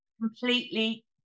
Completely